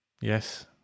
Yes